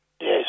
Yes